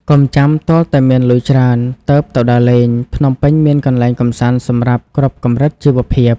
កុំចាំទាល់តែមានលុយច្រើនទើបទៅដើរលេង ភ្នំពេញមានកន្លែងកម្សាន្តសម្រាប់គ្រប់កម្រិតជីវភាព។